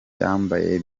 yambaye